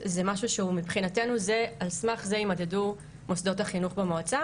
מבחינתו על סמך זה ימדדו מוסדות החינוך במועצה.